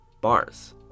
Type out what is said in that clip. Bars